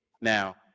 Now